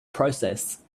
process